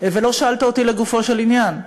ולא שאלת אותי לגופו של עניין.